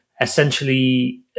essentially